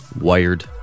Wired